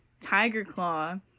Tigerclaw